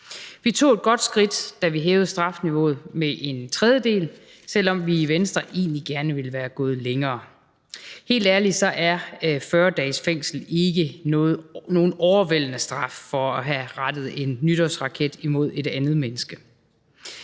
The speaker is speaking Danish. Vi tog et godt skridt, da vi hævede strafniveauet med en tredjedel, selv om vi i Venstre egentlig gerne ville være gået længere. Helt ærligt: 40 dages fængsel er ikke nogen overvældende straf for at have rettet en nytårsraket imod et andet menneske.